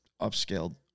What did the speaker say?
upscaled